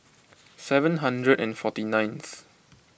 seven hundred and forty ninth